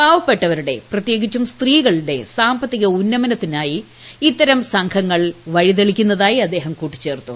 പാവപ്പെട്ടവരുടെ പ്രത്യേകിച്ചും സ്ത്രീകളുടെ സാമ്പത്തിക ഉന്നമനത്തിനായി ഇത്തരം സംഘങ്ങൾ വഴിതെളിക്കുന്നതായി അദ്ദേഹം കൂട്ടിച്ചേർത്തു